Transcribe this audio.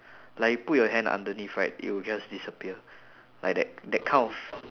like you put your hand underneath right it would just disappear like that that kind of